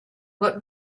what